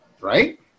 right